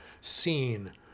seen